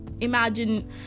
Imagine